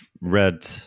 read